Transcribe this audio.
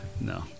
No